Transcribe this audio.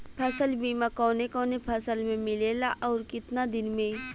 फ़सल बीमा कवने कवने फसल में मिलेला अउर कितना दिन में?